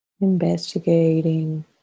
investigating